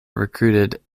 recruited